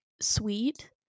sweet